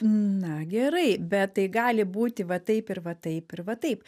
na gerai bet tai gali būti va taip ir va taip ir va taip